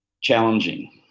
Challenging